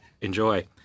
enjoy